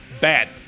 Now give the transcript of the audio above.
Bad